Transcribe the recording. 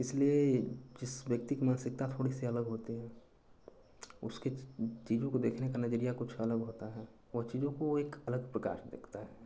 इसलिए जिस व्यक्ति की मानसिकता थोड़ी सी अलग होती है उसकी चीज़ों को देखने का नज़रिया कुछ अलग होता है वह चीज़ों को एक अलग प्रकार से देखता है